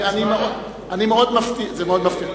זה מאוד מפתיע.